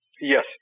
Yes